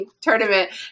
tournament